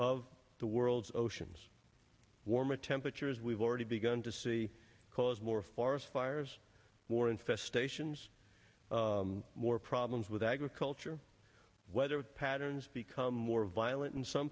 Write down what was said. of the world's oceans warmer temperatures we've already begun to see cause more forest fires more infestations more problems with agriculture weather patterns become more violent in some